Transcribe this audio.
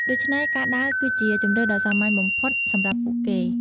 ដូច្នេះការដើរគឺជាជម្រើសដ៏សាមញ្ញបំផុតសម្រាប់ពួកគេ។